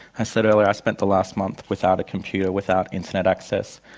i said earlier i spent the last month without a computer, without internet access,